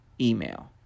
email